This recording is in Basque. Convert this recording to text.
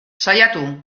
saiatu